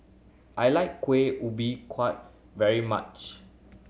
I like Kueh Ubi very much